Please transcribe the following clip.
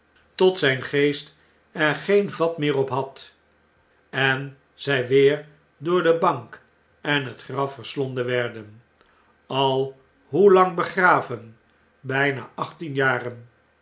tot zyn geest er geen vat meer op had en zy weer door de bank en het graf verslonden werden al hoe lang begraven byna achttien jaren